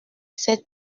s’est